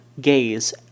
gaze